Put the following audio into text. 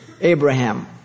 Abraham